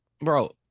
Bro